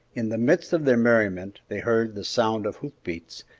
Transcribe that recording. in the midst of their merriment they heard the sound of hoof-beats,